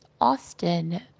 Austin